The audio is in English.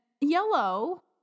yellow